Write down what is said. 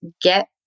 get